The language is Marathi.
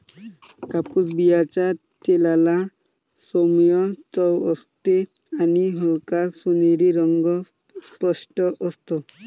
कापूस बियांच्या तेलाला सौम्य चव असते आणि हलका सोनेरी रंग स्पष्ट असतो